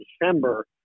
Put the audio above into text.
December